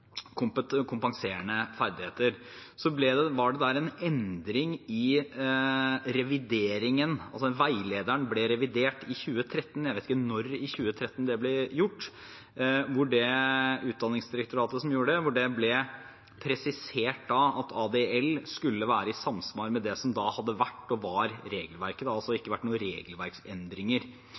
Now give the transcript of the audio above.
kompenserende ferdigheter, var det der en endring i revideringen, veilederen ble revidert i 2013 – jeg vet ikke når i 2013 det ble gjort, det var Utdanningsdirektoratet som gjorde det – hvor det ble presisert at ADL skulle være i samsvar med det som da hadde vært og var regelverket. Det har altså ikke vært noen regelverksendringer.